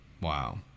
Wow